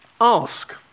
ask